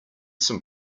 some